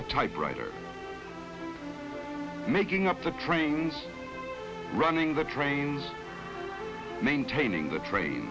a typewriter making up trains running the trains maintaining the train